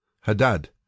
Hadad